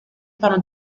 fanno